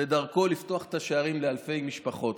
ודרכו לפתוח את השערים לאלפי משפחות.